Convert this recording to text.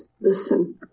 Listen